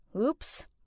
Oops